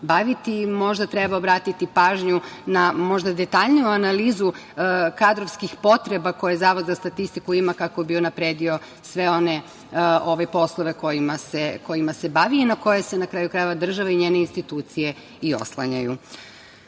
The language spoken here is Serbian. treba obratiti pažnju na možda detaljniju analizu kadrovskih potreba koje Zavod za statistiku ima kako bi unapredio sve one poslove kojima se bavi i na koje se, na kraju krajeva, država i njene institucije i oslanjaju. Iako